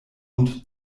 und